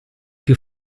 più